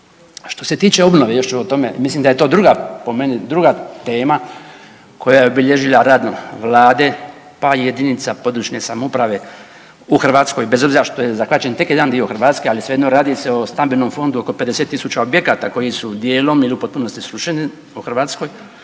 Što se tiče obnove još ćemo o tome, mislim da je to druga, po meni druga tema koja je obilježila rad Vlade, pa i jedinica područne samouprave u Hrvatskoj bez obzira što je zahvaćen tek jedan dio Hrvatske, ali svejedno radi se o stambenom fondu oko 50000 objekata koji su dijelom ili u potpunosti srušeni u Hrvatskoj.